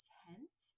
tent